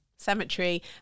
Cemetery